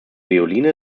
violine